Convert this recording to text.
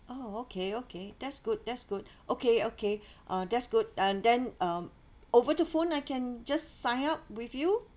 oh okay okay that's good that's good okay okay uh that's good and then um over the phone I can just sign up with you